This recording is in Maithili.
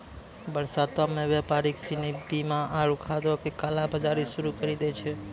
बरसातो मे व्यापारि सिनी बीया आरु खादो के काला बजारी शुरू करि दै छै